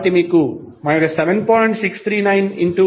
కాబట్టి మీకు 7